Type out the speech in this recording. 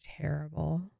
terrible